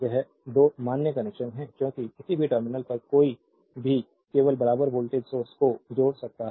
यह दो मान्य कनेक्शन हैं क्योंकि किसी भी टर्मिनल पर कोई भी केवल बराबर वोल्टेज सोर्स को जोड़ सकता है